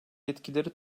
yetkileri